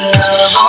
love